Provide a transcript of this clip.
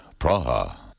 Praha